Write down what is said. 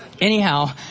Anyhow